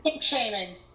shaming